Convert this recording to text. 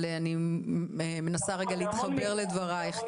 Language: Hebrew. אבל אני מנסה רגע להתחבר לדברייך.